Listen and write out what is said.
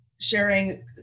sharing